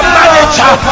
manager